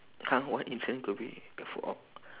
!huh! what incident could be avoi~